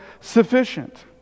sufficient